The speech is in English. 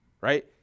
Right